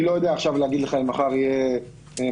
אני לא יודע עכשיו להגיד לך אם מחר יהיו 243